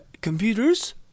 computers